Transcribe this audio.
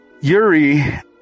Yuri